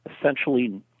essentially